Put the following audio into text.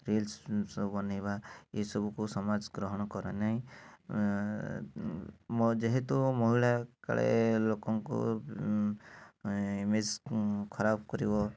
reels ସବୁ ବନେଇବା ଏଇସବୁ କେଉଁ ସମାଜ ଗ୍ରହଣ କରେ ନାହିଁ ମ ଯେହେତୁ ମହିଳାକାଳେ ଲୋକଙ୍କୁ ଇମେଜ୍ ଖରାପ୍ କରିବ